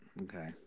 Okay